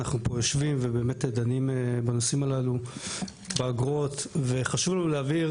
אנחנו פה יושבים ובאמת דנים בנושאים הללו באגרות וחשוב לנו להבהיר